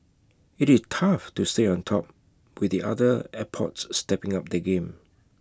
IT it tough to stay on top with other airports stepping up their game